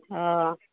অ